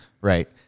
right